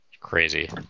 Crazy